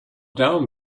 down